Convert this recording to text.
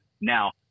Now